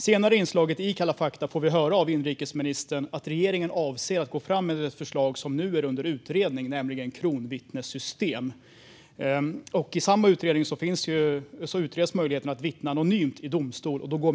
Senare i inslaget i Kalla fakta fick vi höra av inrikesministern att regeringen avser att gå fram med ett förslag som nu är under utredning, nämligen kronvittnessystem. I samma utredning tas frågan om att vittna anonymt i domstol med.